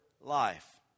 life